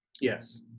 Yes